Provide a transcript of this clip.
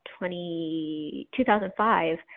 2005